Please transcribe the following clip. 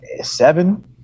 seven